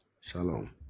shalom